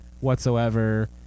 whatsoever